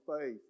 faith